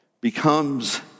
becomes